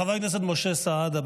חבר הכנסת משה סעדה,